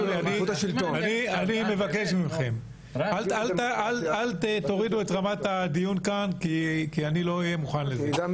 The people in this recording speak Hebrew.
אני מבקש מכם אל תורידו את רמת הדיון כאן כי אני לא אהיה מוכן לזה.